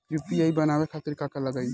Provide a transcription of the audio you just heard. UPI बनावे खातिर का का लगाई?